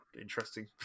interesting